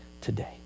today